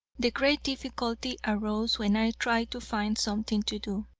the great difficulty arose when i tried to find something to do.